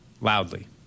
loudly